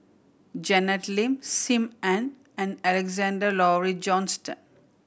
Janet Lim Sim Ann and Alexander Laurie Johnston